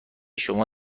شما